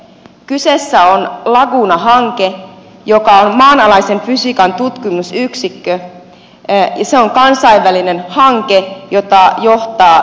kyseessä on laguna hanke joka on maanalaisen fysiikan tutkimusyksikkö ja se on kansainvälinen hanke jota johtaa cern